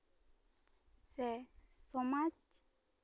ᱥᱮ ᱥᱚᱢᱟᱡ